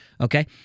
Okay